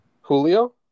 Julio